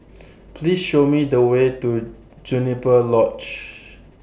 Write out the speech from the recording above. Please Show Me The Way to Juniper Lodge